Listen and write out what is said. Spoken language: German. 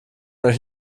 euch